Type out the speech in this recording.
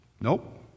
Nope